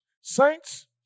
Saints